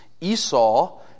Esau